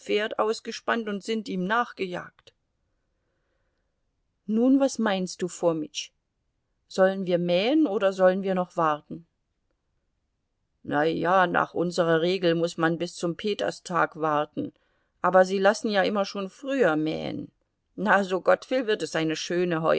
ausgespannt und sind ihm nachgejagt nun was meinst du fomitsch sollen wir mähen oder sollen wir noch warten na ja nach unserer regel muß man bis zum peterstag warten aber sie lassen ja immer schon früher mähen na so gott will wird es eine schöne